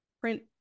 print